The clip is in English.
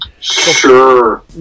sure